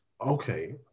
Okay